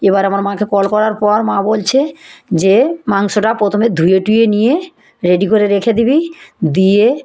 এবার আমার মাকে কল করার পর মা বলছে যে মাংসটা প্রথমে ধুয়ে টুয়ে নিয়ে রেডি করে রেখে দিবি দিয়ে